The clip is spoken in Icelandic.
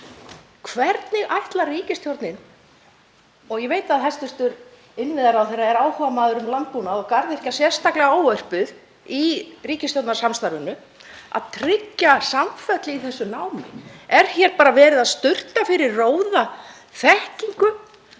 Hvernig ætlar ríkisstjórnin — og ég veit að hæstv. innviðaráðherra er áhugamaður um landbúnað og garðyrkja er sérstaklega nefnd í ríkisstjórnarsamstarfinu — að tryggja samfellu í þessu námi? Er hér bara verið að kasta fyrir róða þekkingu,